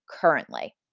currently